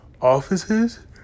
offices